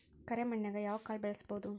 ಕರೆ ಮಣ್ಣನ್ಯಾಗ್ ಯಾವ ಕಾಳ ಬೆಳ್ಸಬೋದು?